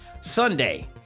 sunday